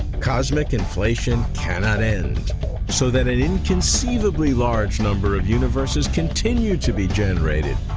cosmic inflation cannot end so that an inconceivably large number of universes continue to be generated,